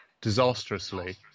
disastrously